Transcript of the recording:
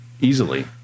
Easily